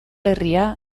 herria